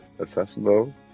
accessible